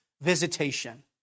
visitation